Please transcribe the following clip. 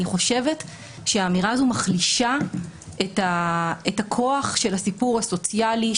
אני חושבת שהאמירה הזו מחלישה את הכוח של הסיפור הסוציאלי,